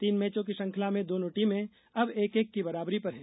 तीन मैचों की श्रृंखला में दोनों टीमें अब एक एक की बराबरी पर हैं